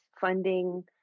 funding